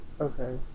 Okay